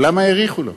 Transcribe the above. למה האריכו לו?